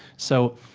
so